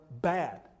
bad